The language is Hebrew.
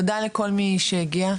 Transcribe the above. תודה לכל מי שהגיע,